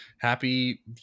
happy